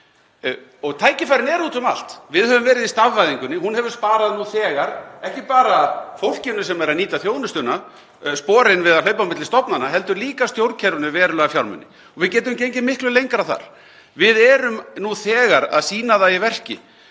Tækifærin eru út um allt. Við höfum verið í stafvæðingunni, hún hefur sparað nú þegar, ekki bara fólkinu sem er að nýta þjónustuna sporin við að hlaupa á milli stofnana, heldur líka stjórnkerfinu verulega fjármuni. Við getum gengið miklu lengra þar. Við erum nú þegar að sýna það í verki,